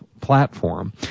platform